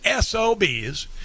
SOBs